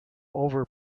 over